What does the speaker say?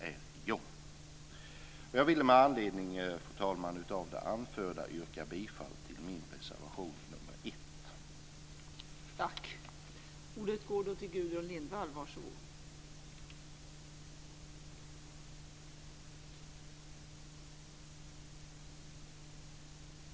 Jag vill, fru talman, med anledning av det anförda yrka bifall till min reservation, reservation nr 1.